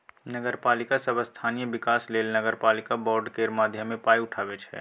नगरपालिका सब स्थानीय बिकास लेल नगरपालिका बॉड केर माध्यमे पाइ उठाबै छै